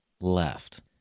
left